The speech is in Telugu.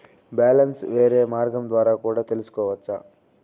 బ్యాలెన్స్ వేరే మార్గం ద్వారా కూడా తెలుసుకొనొచ్చా?